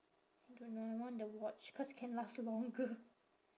don't know I want the watch cause can last longer